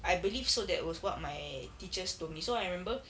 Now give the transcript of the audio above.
I believe so that was what my teachers to me so I remember